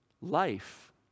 life